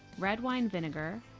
red wine vinegar,